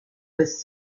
was